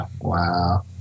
Wow